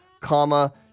comma